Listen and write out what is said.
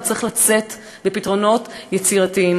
וצריך לצאת בפתרונות יצירתיים.